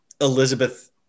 Elizabeth